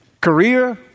career